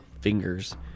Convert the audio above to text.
fingers